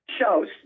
shows